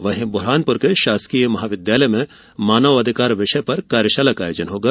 वहीं बुरहानपुर के शासकीय महाविद्यालय में मानव अधिकार विषय पर कार्यशाला का आयोजन होगा